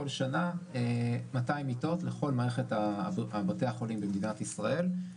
כל שנה מאתיים מיטות לכל מערכת בתי החולים במדינת ישראל,